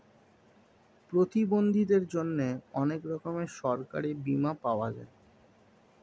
প্রতিবন্ধীদের জন্যে অনেক রকমের সরকারি বীমা পাওয়া যায়